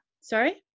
Sorry